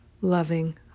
loving